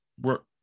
work